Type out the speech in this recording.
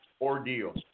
ordeal